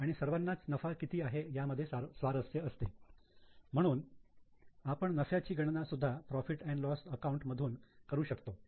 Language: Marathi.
आणि सर्वांनाच नफा किती आहे यामध्ये स्वारस्य असते म्हणून आपण नफ्याची गणना सुद्धा profit and loss account profit loss account मधून करू शकतो